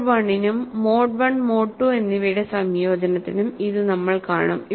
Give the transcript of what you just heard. mode I നും mode I mode II എന്നിവയുടെ സംയോജനത്തിനും ഇത് നമ്മൾ കാണും